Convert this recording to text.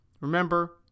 Remember